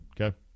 Okay